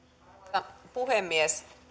arvoisa puhemies